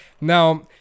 Now